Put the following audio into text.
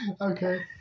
Okay